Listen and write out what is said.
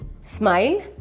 Smile